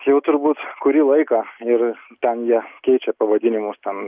jau turbūt kurį laiką ir ten jie keičia pavadinimus ten